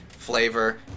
Flavor